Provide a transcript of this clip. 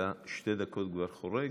אתה כבר בשתי דקות חורג.